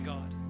God